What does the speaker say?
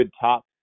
top